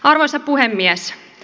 arvoisa puhemies